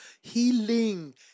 Healing